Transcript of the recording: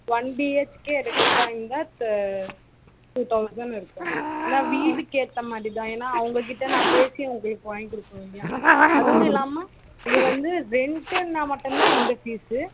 one B H K எடுக்கிறதா இருந்தால் த டூ தௌசண்ட் இருக்கும் மேம் ஏன்னா வீடுக்கேற்ற மாதிரிதான் ஏன்னா அவங்கக்கிட்ட நான் பேசி உங்களுக்கு வாங்கி கொடுக்கணும் இல்லையா அதுவும் இல்லாமல் இது வந்து ரெண்ட்டுன்னா மட்டும்தான் இந்த ஃபீஸு